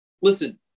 listen